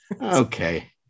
Okay